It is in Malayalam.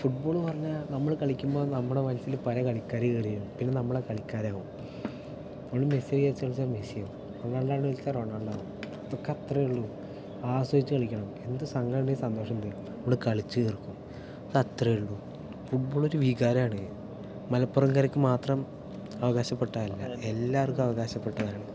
ഫുട്ബോൾ പറഞ്ഞാൽ നമ്മൾ കളിക്കുമ്പോൾ നമ്മുടെ മനസ്സിൽ പല കളിക്കാർ കയറി വരും പിന്നെ നമ്മൾ ആ കളിക്കാരാവും നമ്മൾ മെസ്സിയെ വിചാരിച്ച് കളിച്ചാൽ മെസ്സിയാവും റൊണാൾഡോയെന്ന് വിചാരിച്ചാൽ റൊണാൾഡോ ആവും അതൊക്കെ അത്രയേ ഉള്ളൂ ആസ്വദിച്ച് കളിക്കണം എന്തു സങ്കടമുണ്ടെങ്കിലും സന്തോഷമുണ്ടെങ്കിലും നമ്മൾ കളിച്ചു തീർക്കും അത് അത്രയേ ഉള്ളൂ ഫുട്ബാൾ ഒരു വികാരമാണ് മലപ്പുറംകാർക്ക് മാത്രം അവകാശപ്പെട്ടതല്ല എല്ലാവർക്കും അവകാശപ്പെട്ടതാണ്